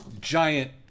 giant